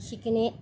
शिकणे